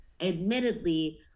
admittedly